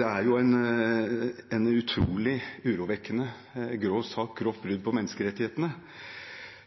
er en utrolig urovekkende, grov sak, et grovt brudd på menneskerettighetene.